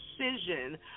decision